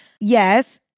Yes